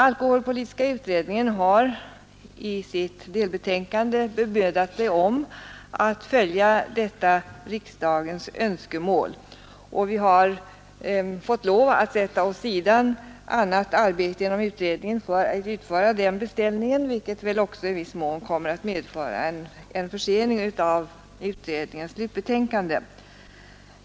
Alkoholpolitiska utredningen har i sitt delbetänkande bemödat sig om att följa detta riksdagens önskemål, och vi har fått lov att sätta åt sidan annat arbete inom utredningen för att utföra denna beställning, vilket väl också i viss mån kommer att medföra en försening av utredningens slutbetänkande.